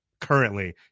currently